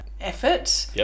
effort